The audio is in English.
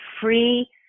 free